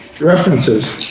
references